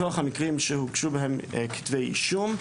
מתוך המקרים שהוגשו בהם כתבי אישום,